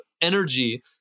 energy